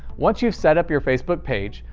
once you've set up your facebook page,